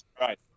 right